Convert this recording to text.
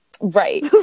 Right